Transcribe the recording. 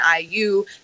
iu